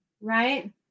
right